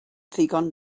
ddigon